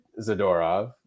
zadorov